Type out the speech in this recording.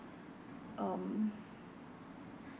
um